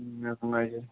ꯎꯝ